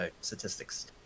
statistics